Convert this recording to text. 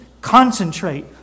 concentrate